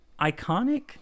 iconic